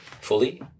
fully